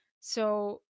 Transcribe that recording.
So-